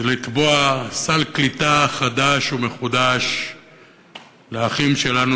זה לתבוע סל קליטה חדש ומחודש לאחים שלנו